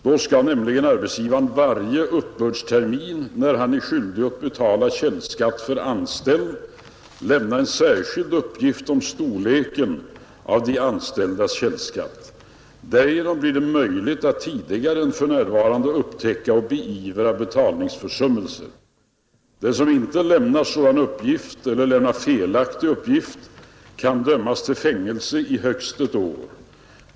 Då skall nämligen arbetsgivaren varje uppbördstermin när han är skyldig att betala källskatt för anställd lämna en särskild uppgift om storleken av de anställdas källskatt. Därigenom blir det möjligt att tidigare än för närvarande upptäcka och beivra betalningsförsummelse, Den som inte lämnar sådan uppgift eller lämnar felaktig uppgift kan dömas till fängelse i högst ett år.